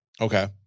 okay